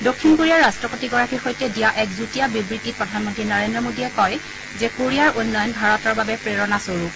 দক্ষিণ কোৰিয়াৰ ৰাট্টপতিগৰাকীৰ সৈতে দিয়া এক যুটীয়া বিবৃতিত প্ৰধান মন্ত্ৰী নৰেন্দ্ৰ মোদীয়ে কয় যে কোৰিয়াৰ উন্নয়ন ভাৰতৰ বাবে প্ৰেৰণা স্বৰূপ